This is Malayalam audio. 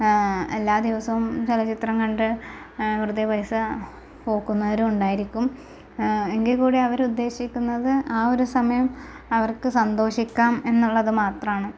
എല്ലാ ദിവസവും ചലച്ചിത്രം കണ്ട് വെറുതെ പൈസ പോക്കുന്നവരും ഉണ്ടായിരിക്കും എങ്കിൽ കൂടിയും അവര് ഉദ്ദേശിക്കുന്നത് അ ഒരു സമയം അവർക്ക് സന്തോഷിക്കാം എന്നുള്ളത് മാത്രമാണ്